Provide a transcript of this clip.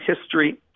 history